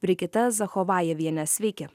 brigita zachovajeviene sveiki